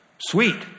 sweet